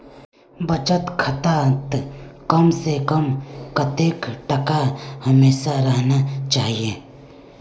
बचत खातात कम से कम कतेक टका हमेशा रहना चही?